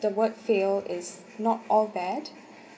the word fail is not all bad